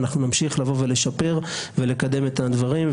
ואנחנו נמשיך לבוא ולשפר ולקדם את הדברים.